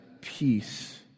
peace